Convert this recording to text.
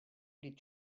did